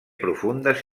profundes